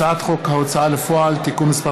הצעת חוק ההוצאה לפועל (תיקון מס'